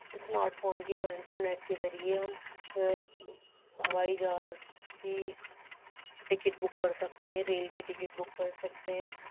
smart phone کے اور internet کے ذریعہ ہم ہوائی جہاز کی ٹکٹ بک کر سکتے ہیں ریل کی ٹکٹ بک کر سکتے ہیں